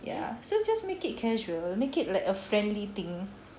ya so just make it casual make it like a friendly thing